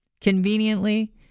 conveniently